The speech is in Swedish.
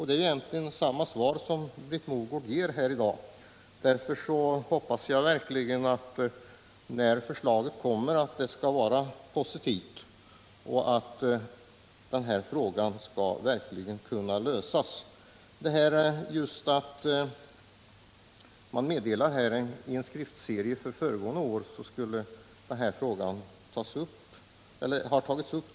Det är egentligen samma svar som Britt Mogård ger här i dag. Därför hoppas jag verkligen att detta förslag kommer och är positivt, så att problemet verkligen skall kunna lösas. len skriftserie från föregående år meddelar man alltså att denna fråga tagits upp.